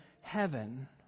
heaven